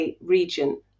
region